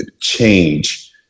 Change